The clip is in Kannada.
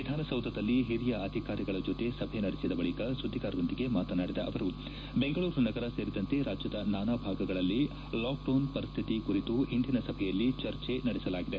ವಿಧಾನಸೌಧದಲ್ಲಿ ಹಿರಿಯ ಅಧಿಕಾರಿಗಳ ಜೊತೆ ಸಭೆ ನಡೆಸಿದ ಬಳಕ ಸುದ್ದಿಗಾರರೊಂದಿಗೆ ಮಾತನಾಡಿದ ಅವರು ಬೆಂಗಳೂರು ನಗರ ಸೇರಿದಂತೆ ರಾಜ್ಯದ ನಾನಾ ಭಾಗಗಳಲ್ಲಿ ಲಾಕ್ ಡೌನ್ ಪರಿಸ್ತಿತಿ ಕುರಿತು ಇಂದಿನ ಸಭೆಯಲ್ಲಿ ಚರ್ಚೆ ನಡೆಸಲಾಗಿದೆ